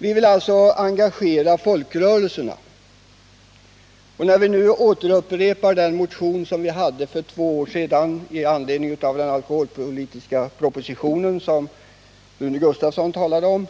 Vi vill alltså engagera folkrörelserna, och när vi nu återkommer med den motion som vi väckte för två år sedan i anledning av den alkoholpolitiska proposition som Rune Gustavsson talade om